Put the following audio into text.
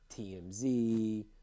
TMZ